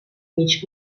mig